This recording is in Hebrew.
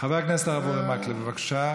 חבר הכנסת הרב אורי מקלב, בבקשה.